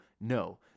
No